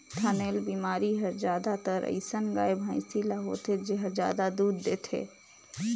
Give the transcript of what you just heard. थनैल बेमारी हर जादातर अइसन गाय, भइसी ल होथे जेहर जादा दूद देथे